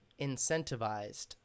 incentivized